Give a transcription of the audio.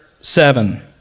seven